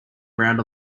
around